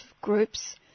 groups